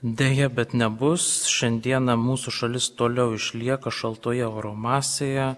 deja bet nebus šiandieną mūsų šalis toliau išlieka šaltoje oro masėje